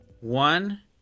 one